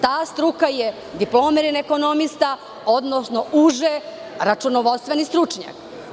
Ta struka je diplomirani ekonomista, odnosno uže računovodstveni stručnjak.